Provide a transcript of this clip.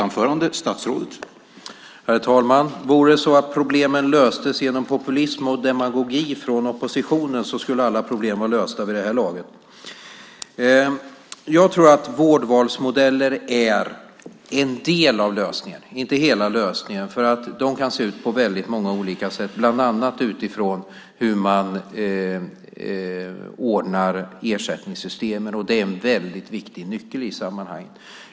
Herr talman! Vore det så att problemen löstes genom populism och demagogi från oppositionen skulle alla problem vara lösta vid det här laget. Jag tror att vårdvalsmodeller är en del av lösningen. Inte hela lösningen, för det kan se ut på väldigt många olika sätt, bland annat utifrån hur man ordnar ersättningssystemen, och det är en väldigt viktig nyckel i sammanhanget.